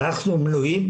אנחנו מנועים